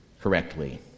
correctly